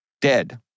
dead